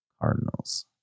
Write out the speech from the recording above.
Cardinals